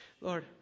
Lord